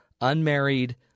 unmarried